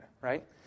right